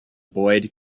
boyd